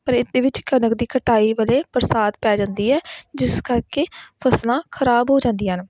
ਪਰ ਇਹਦੇ ਵਿੱਚ ਕਣਕ ਦੀ ਕਟਾਈ ਵੇਲੇ ਬਰਸਾਤ ਪੈ ਜਾਂਦੀ ਹੈ ਜਿਸ ਕਰਕੇ ਫ਼ਸਲਾਂ ਖ਼ਰਾਬ ਹੋ ਜਾਂਦੀਆਂ ਹਨ